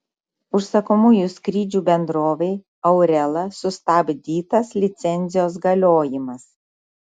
užsakomųjų skrydžių bendrovei aurela sustabdytas licencijos galiojimas